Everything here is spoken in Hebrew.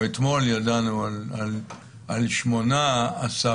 או אתמול ידענו על שמונה-עשרה.